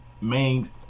main